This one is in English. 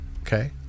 okay